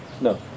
No